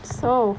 so